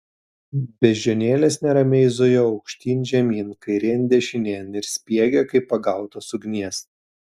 beždžionėlės neramiai zujo aukštyn žemyn kairėn dešinėn ir spiegė kaip pagautos ugnies